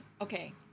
okay